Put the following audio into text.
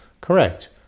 correct